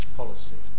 policy